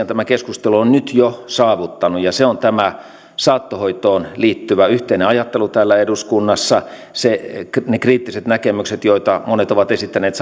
tämä keskustelu on nyt jo saavuttanut ja se on tämä saattohoitoon liittyvä yhteinen ajattelu täällä eduskunnassa ne kriittiset näkemykset joita monet ovat esittäneet